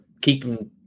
keeping